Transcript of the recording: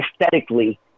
Aesthetically